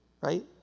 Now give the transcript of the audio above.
right